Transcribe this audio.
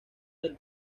del